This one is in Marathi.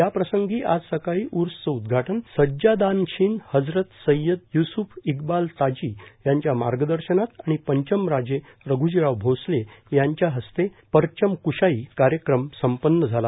याप्रसंगी आज सकाळी उर्सचं उद्घाटन सज्जादानशीन हजरत सैय्यद य्सूफ इकबाल ताजी यांच्या मार्गदर्शनात आणि पंचम राजे रघुजीराव भोसले यांच्या हस्ते परचम क्शाई कार्यक्रम संपन्न झाला